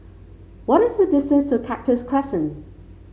what is the distance to Cactus Crescent